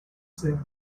soon